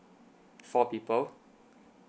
four people